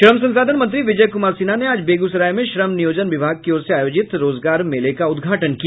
श्रम संसाधन मंत्री विजय कुमार सिन्हा ने आज बेगूसराय में श्रम नियोजन विभाग की ओर से आयोजित रोजगार मेले का उद्घाटन किया